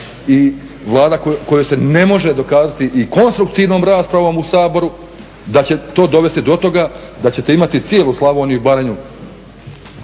i Vlada kojoj se ne može dokazati i konstruktivnom raspravom u Saboru da će to dovesti do toga da ćete imati cijelu Slavoniju i Baranju